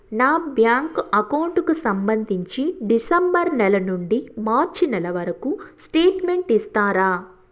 నా bank account కు సంబంధించి డిసెంబరు నెల నుండి మార్చి నెలవరకు స్టేట్మెంట్ ఇస్తారా?